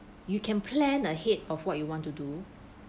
you can plan ahead of what you want to do